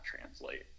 translate